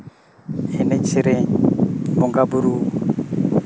ᱮᱱᱮᱡᱼᱥᱮᱨᱮᱧ ᱵᱚᱸᱜᱟᱼᱵᱩᱨᱩ